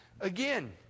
again